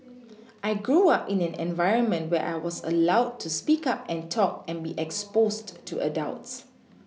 I grew up in an environment where I was allowed to speak up and talk and be exposed to adults